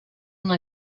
una